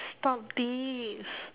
stop this